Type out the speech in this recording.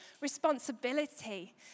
responsibility